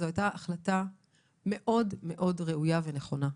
זו הייתה מאוד מאוד ראויה ונכונה.